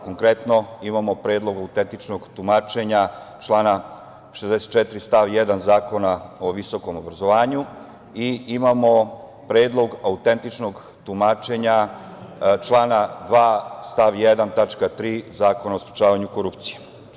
Konkretno, imamo predlog autentičnog tumačenja člana 64. stav 1. Zakona o visokom obrazovanju i imamo Predlog autentičnog tumačenja člana 2. stav 1. tačka 3) Zakona o sprečavanju korupcije.